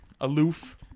aloof